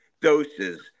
doses